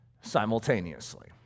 simultaneously